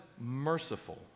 merciful